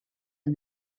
and